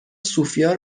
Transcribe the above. سوفیا